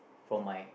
from my